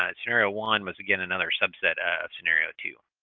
ah scenario one was, again, another subset ah of scenario two.